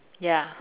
ya